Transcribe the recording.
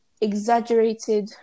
exaggerated